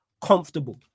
Comfortable